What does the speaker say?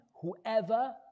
Whoever